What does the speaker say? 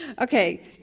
Okay